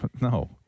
no